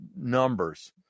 numbers